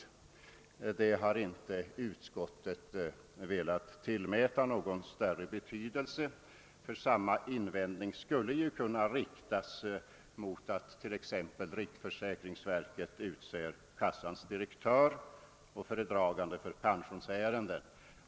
Utskottet har inte velat tillmäta denna uppfattning någon större principiell betydelse, ty samma invändning skulle kunna riktas mot det förhållandet att riksförsäkringsverket utser försäkringskassans direktör och föredragande för pensionsärenden.